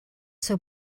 seu